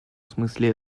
смысле